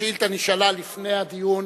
השאילתא נשאלה לפני הדיון,